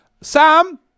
Sam